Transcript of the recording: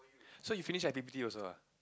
so you finish i_p_p_t also ah